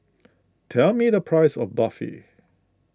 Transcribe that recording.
tell me the price of Barfi